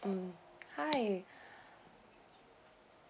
mm hi